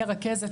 מי הרכזת,